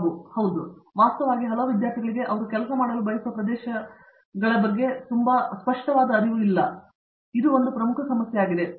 ಬಾಬು ವಿಶ್ವನಾಥ್ ಹೌದು ಅವರು ವಾಸ್ತವವಾಗಿ ಹಲವು ವಿದ್ಯಾರ್ಥಿಗಳಿಗೆ ಅವರು ಕೆಲಸ ಮಾಡಲು ಬಯಸುವ ಪ್ರದೇಶಗಳ ಬಗ್ಗೆ ತುಂಬಾ ಸ್ಪಷ್ಟವಾಗಿಲ್ಲ ಎಂದರ್ಥ ಅದು ಅವರಿಗೆ ಒಂದು ಪ್ರಮುಖ ಸಮಸ್ಯೆಯಾಗಿದೆ